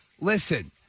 listen